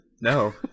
No